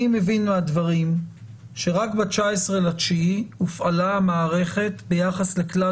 אני מבין מהדברים שרק ב-19.9 הופעלה המערכת ביחס לכלל